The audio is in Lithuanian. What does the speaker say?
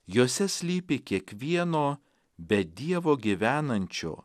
juose slypi kiekvieno be dievo gyvenančio